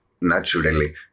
naturally